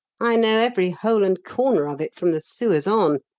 i know every hole and corner of it, from the sewers on.